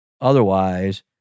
otherwise